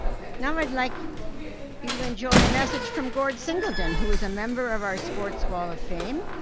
now i'd like you to enjoy a and message from gordon singleton who is a member of our sports wall of fame